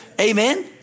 Amen